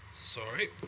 Sorry